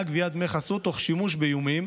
גביית דמי חסות תוך שימוש באיומים,